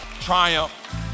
Triumph